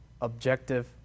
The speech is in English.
objective